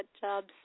jobs